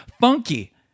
Funky